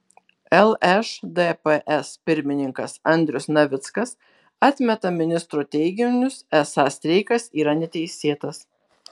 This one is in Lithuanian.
lšdps pirmininkas andrius navickas atmeta ministro teiginius esą streikas yra neteisėtas